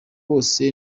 bose